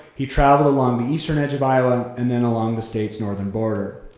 he traveled along the eastern edge of iowa and then along the state's northern border.